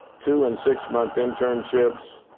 two and six-month internships,